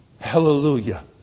Hallelujah